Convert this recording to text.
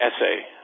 essay